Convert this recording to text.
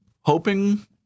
hoping